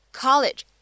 college